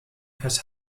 has